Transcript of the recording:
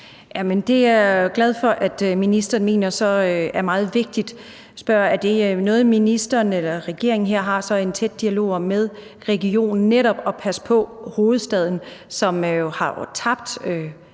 Det er jeg glad for at ministeren mener er meget vigtigt. Jeg vil gerne spørge, om ministeren eller regeringen så har en tæt dialog med regionen om netop at passe på hovedstaden, som jo har tabt